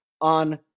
on